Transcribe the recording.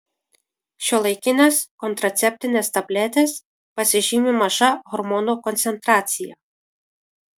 šiuolaikinės kontraceptinės tabletės pasižymi maža hormonų koncentracija